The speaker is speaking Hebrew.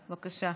בבקשה.